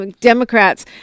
Democrats